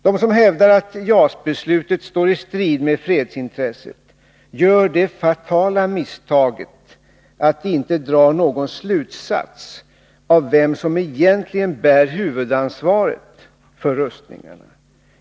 De som hävdar att JAS-beslutet står i strid med fredsintresset gör det fatala misstaget att inte alls dra någon slutsats om vem som egentligen bär huvudansvaret för rustningarna.